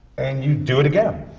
and you do it again.